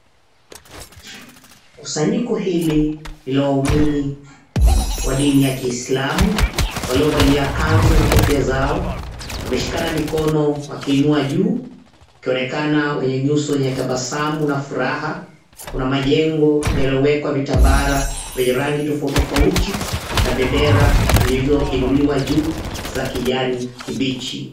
Kusanyiko hili ni la waumini wa dini ya kiislamu, waliovalia kanzu na kofia zao. Wameshikana mikono wakiinua juu, ikionekana wenye nyuso wenye tabasamu na furaha. Kuna majengo yaliyowekwa vitambara vyenye rangi tofauti tofauti na bendera zilizoinuliwa juu za kijani kibichi.